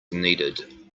needed